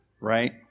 right